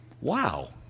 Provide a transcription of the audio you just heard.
Wow